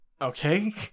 okay